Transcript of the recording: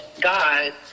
God